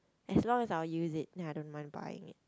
as long as I will use it and I don't mind buying it